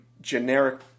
generic